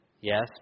Yes